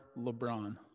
LeBron